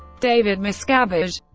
david miscavige